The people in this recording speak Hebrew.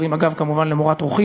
כאן אני אומרת לכולנו,